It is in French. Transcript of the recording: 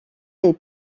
les